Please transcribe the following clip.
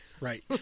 Right